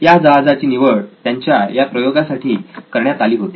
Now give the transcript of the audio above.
या जहाजाची निवड त्यांच्या या प्रयोगासाठी करण्यात आली होती